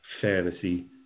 fantasy